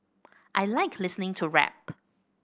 I like listening to rap